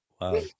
Wow